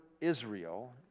Israel